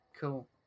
Cool